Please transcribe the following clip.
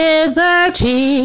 Liberty